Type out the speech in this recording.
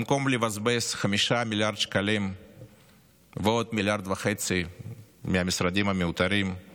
במקום לבזבז 5 מיליארד שקלים ועוד 1.5 מיליארד מהמשרדים המיותרים על